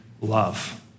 love